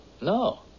No